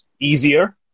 easier